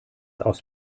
aus